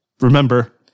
Remember